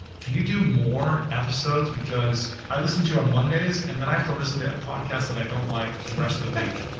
can you do more episodes, because i listened to on monday's and then i have to listen to a podcast that i don't like the rest of the week,